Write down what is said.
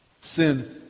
Sin